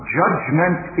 judgment